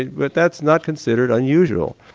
but that's not considered unusual.